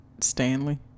Stanley